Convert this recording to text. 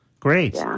Great